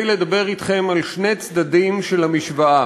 לדבר אתכם על שני צדדים של המשוואה: